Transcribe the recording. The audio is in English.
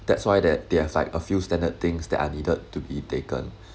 that's why that there's like a few standard things that are needed to be taken